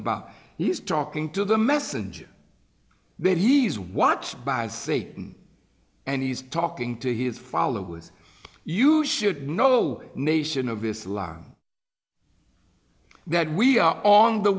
about he's talking to the messenger then he's watched by satan and he's talking to his followers you should know nation of islam that we are on the